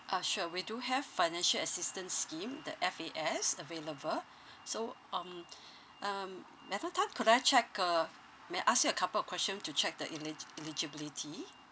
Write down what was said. ah sure we do have financial assistance scheme the F_A_S available so um um madam tan could I check uh may I ask you a couple of question to check the elig~ eligibility